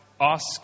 ask